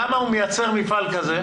כמה מייצר מפעל כזה?